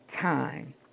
time